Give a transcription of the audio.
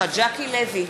ז'קי לוי,